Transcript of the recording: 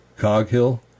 Coghill